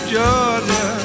Georgia